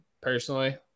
personally